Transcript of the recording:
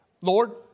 Lord